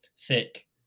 thick